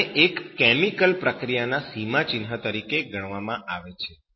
તેથી આને એક કેમિકલ પ્રક્રિયાના સીમાચિન્હ તરીકે ગણવામાં આવે છે